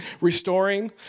restoring